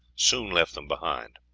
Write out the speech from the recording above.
soon left them behind.